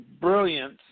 brilliance